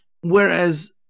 Whereas